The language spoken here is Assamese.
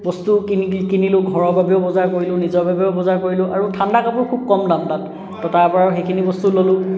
বস্তু কিনি কিনিলোঁ ঘৰৰ বাবেও বজাৰ কৰিলোঁ নিজৰ বাবেও বজাৰ কৰিলোঁ আৰু ঠাণ্ডা কাপোৰ খুব কম দাম তাত তো তাৰ পৰাও সেইখিনি বস্তু ল'লোঁ